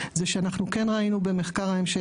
זה שאנחנו כן ראינו במחקר ההמשך,